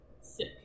sick